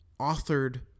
authored